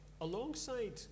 alongside